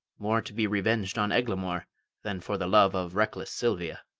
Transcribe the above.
more to be reveng'd on eglamour than for the love of reckless silvia.